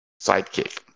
sidekick